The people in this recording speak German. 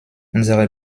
unsere